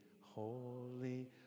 holy